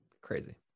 crazy